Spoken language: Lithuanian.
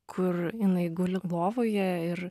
kur jinai guli lovoje ir